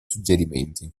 suggerimenti